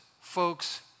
folks